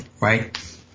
right